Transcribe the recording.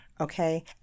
okay